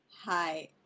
Hi